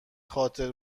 خاطر